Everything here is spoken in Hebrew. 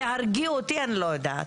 תהרגי אותי, אני לא יודעת.